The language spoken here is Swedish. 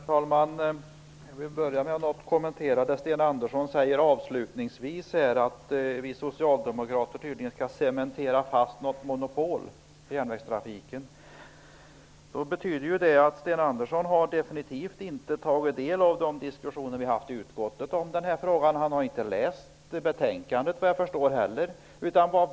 Herr talman! Jag vill börja med att något kommentera det som Sten Andersson i Malmö avslutningsvis sade när det gäller järnvägstrafiken. Han sade att vi socialdemokrater skall cementera fast ett monopol. Det betyder att Sten Andersson definitivt inte har tagit del av de diskussioner som vi har fört i utskottet om den här frågan. Han har såvitt jag förstår inte heller läst betänkandet.